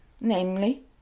namely